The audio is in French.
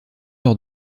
lors